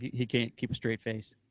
he can't keep a straight face.